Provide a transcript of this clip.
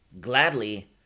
gladly